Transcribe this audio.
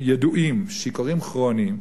ידועים, שיכורים כרוניים,